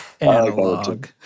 analog